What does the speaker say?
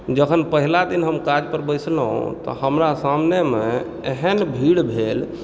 जखन पहिला दिन हम काज पर बसिलहुँ तऽ हमरा सामनेमे एहन भीड़ भेल